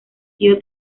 sido